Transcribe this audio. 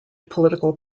political